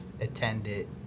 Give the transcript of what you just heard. attended